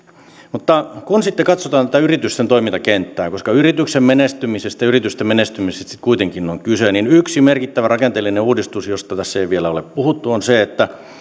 mutta kun sitten katsotaan tätä yritysten toimintakenttää koska yritysten menestymisestä yritysten menestymisestä kuitenkin on kyse niin yksi merkittävä rakenteellinen uudistus josta tässä ei vielä ole puhuttu on se että